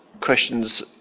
questions